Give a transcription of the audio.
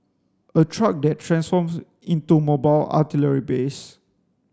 a truck that transforms into mobile artillery base